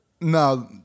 No